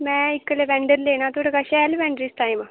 मैं इक लवैंडर लेना थोआड़े कच्छ ऐ लवैंडर इस टाइम